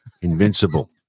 Invincible